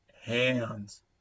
hands